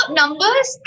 numbers